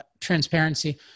transparency